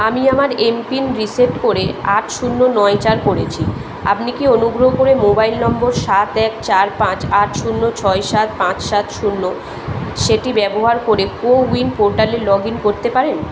আমি আমার MPIN reset করে আট শূন্য নয় চার করেছি আপনি কি অনুগ্রহ করে মোবাইল নম্বর সাত এক চার পাঁচ আট শূন্য ছয় সাত পাঁচ সাত শূন্য সেটি ব্যবহার করে কোউইন পোর্টালে লগ ইন করতে পারেন